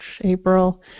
April